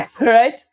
Right